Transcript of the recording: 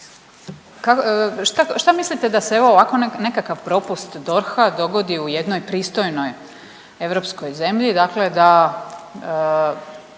šta mislite da se evo ovakav nekakav propust DORH-a dogodi u jednoj pristojnoj europskoj zemlji,